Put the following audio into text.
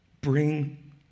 Bring